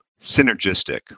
synergistic